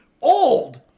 old